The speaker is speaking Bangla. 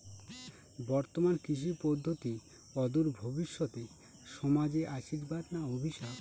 বর্তমান কৃষি পদ্ধতি অদূর ভবিষ্যতে সমাজে আশীর্বাদ না অভিশাপ?